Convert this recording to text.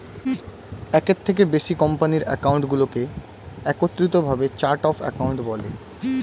একের থেকে বেশি কোম্পানির অ্যাকাউন্টগুলোকে একত্রিত ভাবে চার্ট অফ অ্যাকাউন্ট বলে